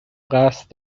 قصد